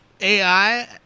AI